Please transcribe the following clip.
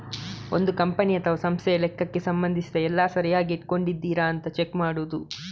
ಒಂದು ಕಂಪನಿ ಅಥವಾ ಸಂಸ್ಥೆಯ ಲೆಕ್ಕಕ್ಕೆ ಸಂಬಂಧಿಸಿದ ಎಲ್ಲ ಸರಿಯಾಗಿ ಇಟ್ಕೊಂಡಿದರಾ ಅಂತ ಚೆಕ್ ಮಾಡುದು